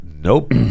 nope